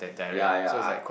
ya ya I